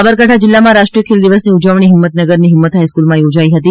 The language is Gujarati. સાબરકાંઠા જિલ્લામાં રાષ્ટ્રીય ખેલ દિવસની ઉજવણી હિંમતનગરની હિંમત હાઈસ્કૂલ યોજાઈ હતી